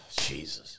Jesus